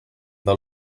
del